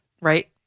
Right